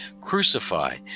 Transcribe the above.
Crucify